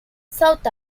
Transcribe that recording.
south